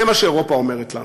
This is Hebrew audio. זה מה שאירופה אומרת לנו,